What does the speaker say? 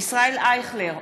ישראל אייכלר,